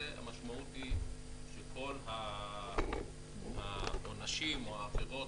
המשמעות היא שכל העונשים או העבירות